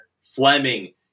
Fleming